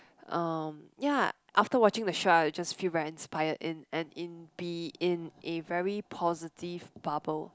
um ya after watching the show I'll just feel very inspired and and in be in a very positive bubble